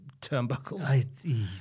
turnbuckles